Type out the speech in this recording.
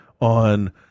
on